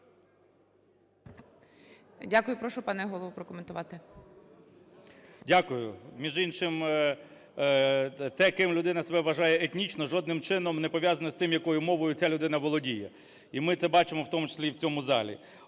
Дякую. Прошу, пане голово, прокоментувати. 17:24:44 КНЯЖИЦЬКИЙ М.Л. Дякую. Між іншим, те, ким людина себе вважає етнічно, жодним чином не пов'язане із тим, якою мовою ця людина володіє, і ми це бачимо, в тому числі, і в цьому залі.